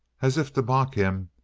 as if to mock him,